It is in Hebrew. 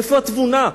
איפה התבונה?